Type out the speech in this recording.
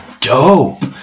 dope